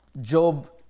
Job